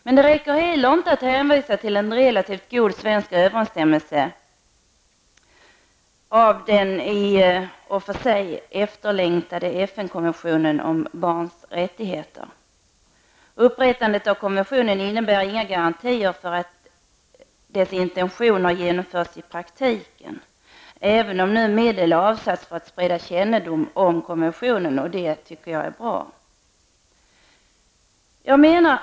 Men det räcker inte heller att hänvisa till en god svensk överensstämmelse med den i och för sig efterlängtade FN-konventionen om barns rättigheter. Upprättandet av konventionen innebär inga garantier för att dess intentioner genomförs i praktiken, även om medel nu avsatts för att sprida kännedom om konventionen -- det tycker jag är bra.